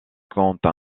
compte